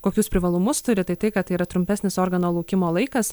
kokius privalumus turi tai kad tai yra trumpesnis organo laukimo laikas